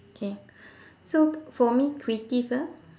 okay so for me creative ah